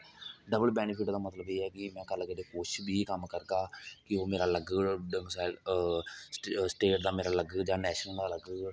double benefit दा मतलब ऐ है कि में कल अगर कुछ बी कम्म करगा कि ओह् मेरा स्टेट दा मेरा लग्गग जां नैशनल दा लग्गग